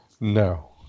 No